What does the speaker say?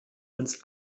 uns